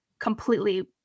completely